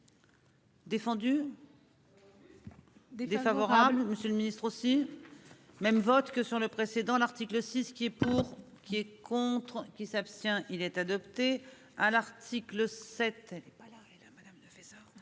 Défendu. Des défavorable. Monsieur le ministre aussi. Même vote que sur le précédent l'article 6 ce qui est pour. Qui est contre qui s'abstient il est adopté à l'article 7.